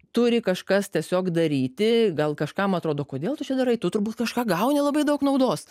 turi kažkas tiesiog daryti gal kažkam atrodo kodėl tu čia darai tu turbūt kažką gauni labai daug naudos